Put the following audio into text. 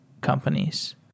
companies